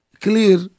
clear